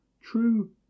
True